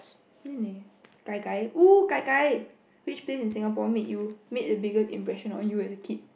really gai-gai !oo! gai-gai which place in Singapore made you made the biggest impression on you as a kid